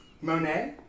Monet